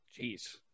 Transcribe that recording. Jeez